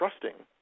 trusting